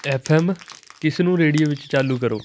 F M ਇਸ ਨੂੰ radio ਵਿੱਚ ਚਾਲੂ ਕਰੋ